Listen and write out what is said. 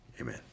Amen